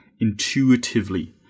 intuitively